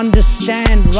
Understand